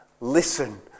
Listen